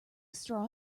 straw